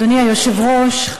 אדוני היושב-ראש,